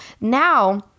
now